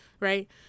Right